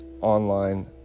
online